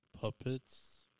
puppets